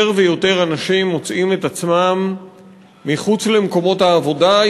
יותר ויותר אנשים מוצאים את עצמם מחוץ למקומות העבודה,